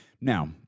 Now